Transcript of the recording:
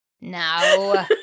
No